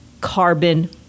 carbon